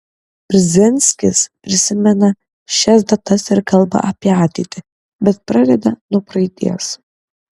brzezinskis prisimena šias datas ir kalba apie ateitį bet pradeda nuo praeities